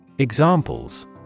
Examples